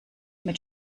mit